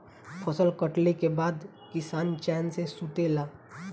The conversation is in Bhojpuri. फसल कटले के बाद किसान चैन से सुतेला